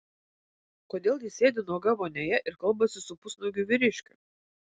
kodėl ji sėdi nuoga vonioje ir kalbasi su pusnuogiu vyriškiu